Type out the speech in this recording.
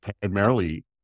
primarily